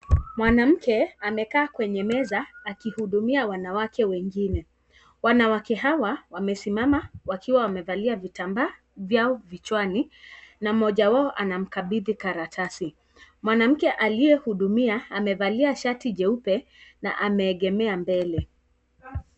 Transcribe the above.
Mwanamke amekaa kwenye meza kihudumia wanawake wengine, wanawake hawa wamesimama wakiwa wamevalia vitambaa vya vichwani na mmoja wao anamkabidhi karatasi, mwanamke aliyehudumia amevalia shati jeupe na ameegemea mbele.